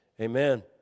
amen